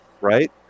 right